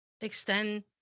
extend